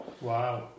Wow